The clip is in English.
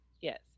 Yes